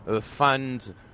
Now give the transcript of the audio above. fund